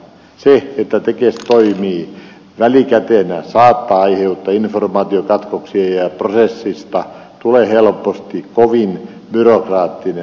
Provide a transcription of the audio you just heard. se että tekes toimii välikätenä saattaa aiheuttaa informaatiokatkoksia ja prosessista tulee helposti kovin byrokraattinen